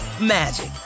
magic